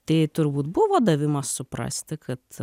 tai turbūt buvo davimas suprasti kad